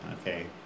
okay